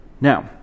Now